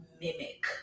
mimic